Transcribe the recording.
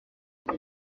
vous